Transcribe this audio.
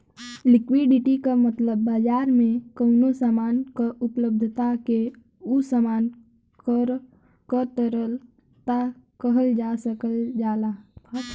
liquidity क मतलब बाजार में कउनो सामान क उपलब्धता के उ सामान क तरलता कहल जा सकल जाला